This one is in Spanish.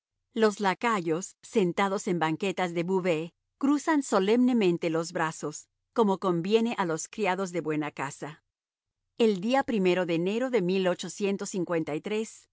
los lacayos sentados en banquetas de beauvais cruzan solemnemente los brazos como conviene a los criados de buena casa el día o de enero de hacia las nueve de